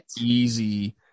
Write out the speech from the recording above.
easy